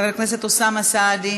חבר הכנסת אוסאמה סעדי,